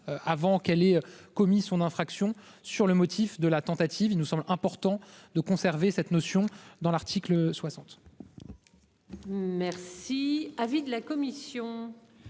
avant qu'elle ait commis son infraction sur le motif de la tentative, il nous semble important de conserver cette notion dans l'article 60. Merci. Avis de la commission.